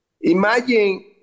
Imagine